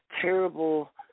terrible